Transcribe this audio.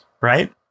Right